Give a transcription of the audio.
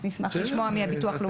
נשמח לשמוע מביטחון לאומי.